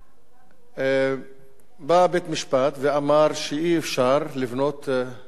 בא בית-משפט ואמר שאי-אפשר לבנות בתים פרטיים